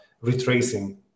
retracing